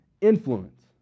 influence